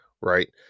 right